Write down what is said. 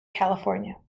california